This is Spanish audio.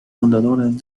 fundadoras